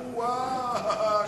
או-הא.